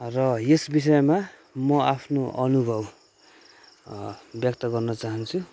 र यस विषयमा म आफ्नो अनुभव व्यक्त गर्नु चाहान्छु